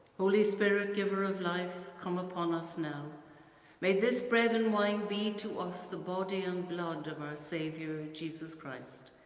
holy spirit, giver of life, come upon us now may this bread and wine be to us the body and blood of our saviour jesus christ.